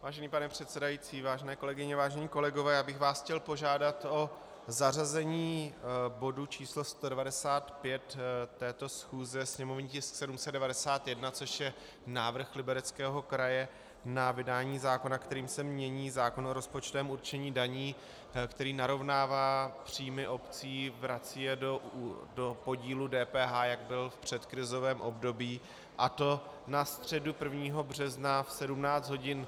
Vážený pane předsedající, vážené kolegyně, vážení kolegové, já bych vás chtěl požádat o zařazení bodu číslo 195 této schůze, sněmovní tisk 791, což je návrh Libereckého kraje na vydání zákona, kterým se mění zákon o rozpočtovém určení daní, který narovnává příjmy obcí, vrací je do podílu DPH, jak byl v předkrizovém období, a to na středu 1. března v 17 hodin.